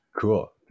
Cool